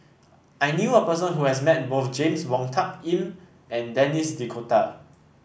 I knew a person who has met both James Wong Tuck Yim and Denis D'Cotta